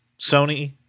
Sony